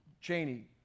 Cheney